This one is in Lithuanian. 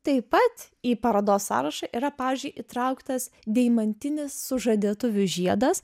taip pat į parodos sąrašą yra pavyzdžiui įtrauktas deimantinis sužadėtuvių žiedas